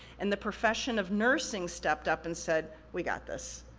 and the profession of nursing stepped up and said, we got this,